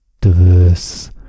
diverse